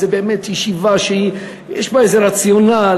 באמת איזו ישיבה שיש בה איזה רציונל.